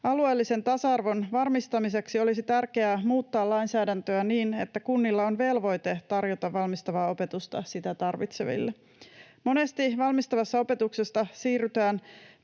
Alueellisen tasa-arvon varmistamiseksi olisi tärkeää muuttaa lainsäädäntöä niin, että kunnilla on velvoite tarjota valmistavaa opetusta sitä tarvitseville. Monesti valmistavasta opetuksesta siirrytään